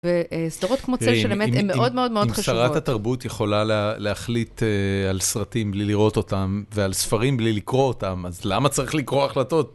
וסדרות כמו צל של אמת הן מאוד מאוד מאוד חשובות. אם שרת התרבות יכולה להחליט על סרטים בלי לראות אותם, ועל ספרים בלי לקרוא אותם, אז למה צריך לקרוא החלטות?